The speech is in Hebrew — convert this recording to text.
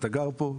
אתה גר פה,